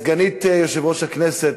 סגנית יושב-ראש הכנסת,